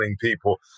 people